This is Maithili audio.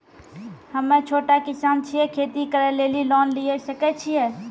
हम्मे छोटा किसान छियै, खेती करे लेली लोन लिये सकय छियै?